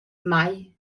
mai